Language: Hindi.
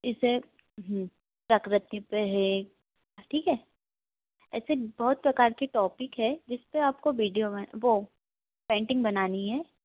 जैसे प्रकृति पर है ठीक है ऐसे बहुत प्रकार के टॉपिक है जिस पर आपको विडीओ वो पेंटिंग बनानी है